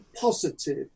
positive